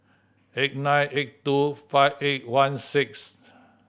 eight nine eight two five eight one six